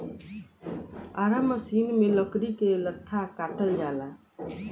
Ara machine में लकड़ी के लट्ठा काटल जाला